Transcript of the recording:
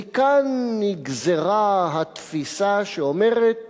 מכאן נגזרה התפיסה שאומרת